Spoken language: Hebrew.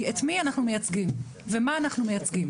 את מי אנחנו מייצגים ומה אנחנו מייצגים.